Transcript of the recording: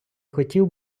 хотів